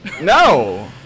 No